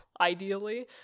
ideally